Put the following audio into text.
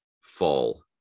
fall